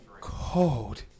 cold